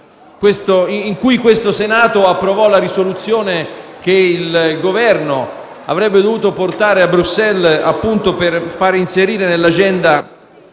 in cui il Senato approvò la risoluzione che il Governo avrebbe dovuto portare a Bruxelles, per far inserire nell'agenda